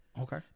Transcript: Okay